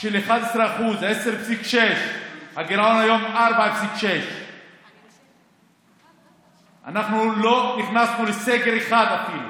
של 11%. 10.6%. הגירעון היום 4.6%. אנחנו לא נכנסנו לסגר אחד אפילו.